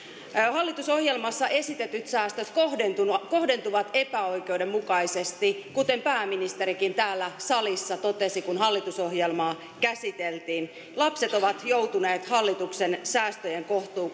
hallitusohjelmassa esitetyt säästöt kohdentuvat kohdentuvat epäoikeudenmukaisesti kuten pääministerikin täällä salissa totesi kun hallitusohjelmaa käsiteltiin lapset ovat joutuneet hallituksen säästöjen